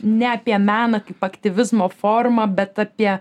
ne apie meną kaip aktyvizmo formą bet apie